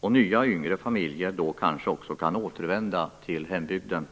och nya yngre familjer kanske också kan återvända till hembygden.